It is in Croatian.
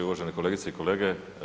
Uvažene kolegice i kolege.